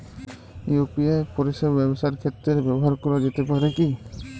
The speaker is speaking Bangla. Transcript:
ইউ.পি.আই পরিষেবা ব্যবসার ক্ষেত্রে ব্যবহার করা যেতে পারে কি?